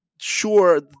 sure